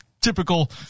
typical